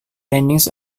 landings